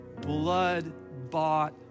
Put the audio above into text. blood-bought